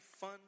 fun